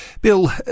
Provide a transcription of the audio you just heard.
Bill